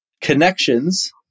connections